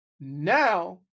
now